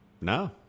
No